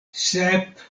sep